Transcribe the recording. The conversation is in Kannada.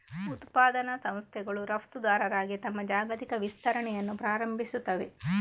ಉತ್ಪಾದನಾ ಸಂಸ್ಥೆಗಳು ರಫ್ತುದಾರರಾಗಿ ತಮ್ಮ ಜಾಗತಿಕ ವಿಸ್ತರಣೆಯನ್ನು ಪ್ರಾರಂಭಿಸುತ್ತವೆ